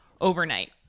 overnight